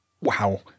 Wow